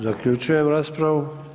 Zaključujem raspravu.